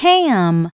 Ham